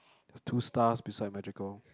there's two stars beside magical